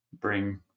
bring